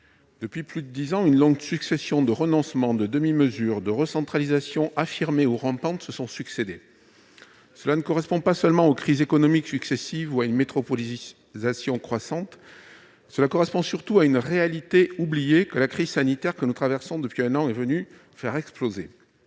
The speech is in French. Depuis plus de dix ans, une longue succession de renoncements, de demi-mesures de recentralisation, affirmées ou rampantes, se sont succédé, qui s'expliquent non seulement par les crises économiques successives ou par la métropolisation croissante, mais surtout par une réalité oubliée, que la crise sanitaire que nous traversons depuis un an est venue faire exploser.